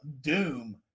Doom